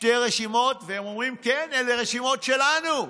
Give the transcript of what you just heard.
והם אומרים: כן, אלה רשימות שלנו.